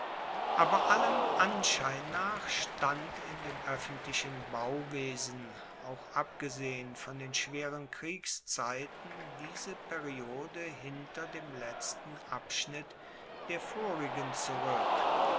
aber allem anschein nach stand in dem oeffentlichen bauwesen auch abgesehen von den schweren kriegszeiten diese periode hinter dem letzten abschnitt der vorigen zurueck